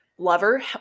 lover